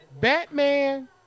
Batman